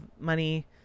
money